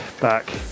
back